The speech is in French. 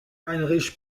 heinrich